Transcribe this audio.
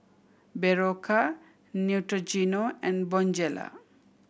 Berocca Neutrogena and Bonjela